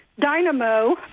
dynamo